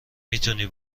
میتونی